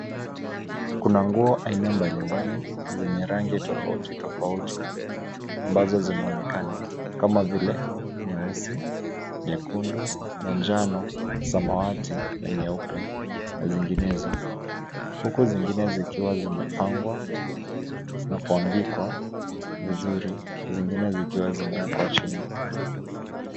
Kuna nguo aina mbalimbali zenye rangi tofauti tofauti ambazo zinaonekana kama vile nyeusi, nyekundu, manjano, samawati na nyeupe na zinginezo, huku zingine zikiwa zimepangwa na kuanikwa vizuri. Zingine zikiwa zimewekwa chini.